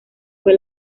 fue